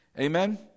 Amen